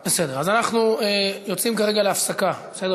בסדר, אז אנחנו יוצאים כרגע להפסקה, בסדר?